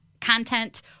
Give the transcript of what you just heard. content